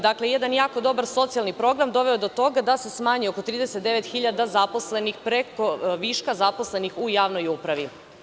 Dakle, jedan jako dobar socijalni program doveo je do toga da se smanji oko 39 hiljada viška zaposlenih u javnoj upravi.